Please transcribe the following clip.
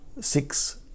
six